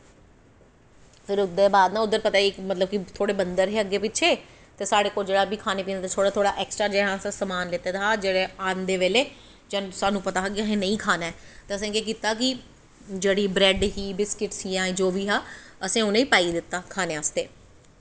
ते फिर ओह्दे बाद उद्धर बन्दर हे अग्गैं पिच्छें ते साढ़े कोल जेह्ड़ा बी खाने पीने दा थोह्ड़ा थोह्ड़ा समान लेते दा हा आंदे बेल्लै सानूं पता हा कि असें नेईं खाना ऐ ते असें केह् कीता कि जेह्ड़ी ब्रैड ही बिस्किट हियां जो बी हा असें उ'नें गी दित्ता खाने आस्तै